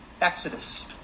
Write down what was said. exodus